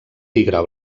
tigre